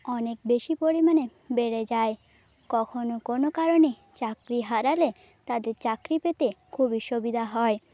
অনেক বেশি পরিমাণে বেড়ে যায় কখনো কোনো কারণে চাকরি হারালে তাদের চাকরি পেতে খুবই সুবিধা হয়